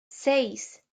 seis